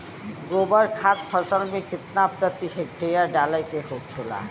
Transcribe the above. गोबर खाद फसल में कितना प्रति हेक्टेयर डाले के होखेला?